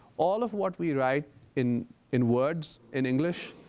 all of what we write in in words in english,